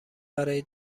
برای